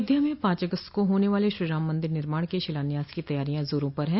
अयोध्या में पांच अगस्त को होने वाले श्रीराम मंदिर निर्माण के शिलान्यास की तैयारियां जोरो पर है